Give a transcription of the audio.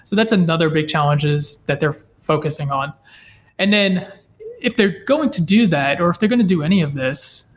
so that's another big challenges that they're focusing on and then if they're going to do that, or if they're going to do any of this,